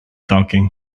talking